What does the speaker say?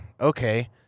okay